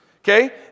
okay